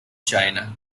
china